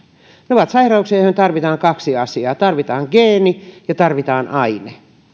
ovat sairauksia joihin tarvitaan kaksi asiaa tarvitaan geeni ja tarvitaan aine